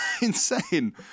insane